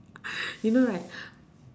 you know right